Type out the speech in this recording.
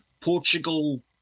Portugal